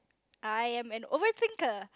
I am an overthinker